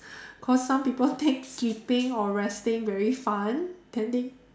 cause some people take sleeping or resting very fun tending